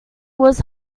was